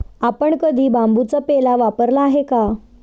आपण कधी बांबूचा पेला वापरला आहे का?